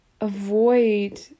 avoid